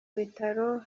bitaro